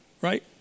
Right